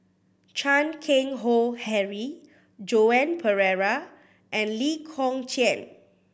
Chan Keng Howe Harry Joan Pereira and Lee Kong Chian